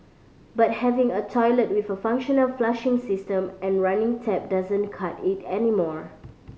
but having a toilet with a functional flushing system and running tap doesn't cut it anymore